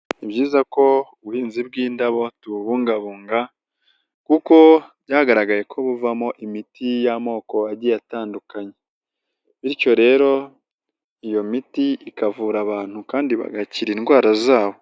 Ni byiza ko ubuhinzi bw'indabo tubungabunga kuko byagaragaye ko buvamo imiti y'amoko agiye atandukanye bityo rero iyo miti ikavura abantu kandi bagakira indwara zabo.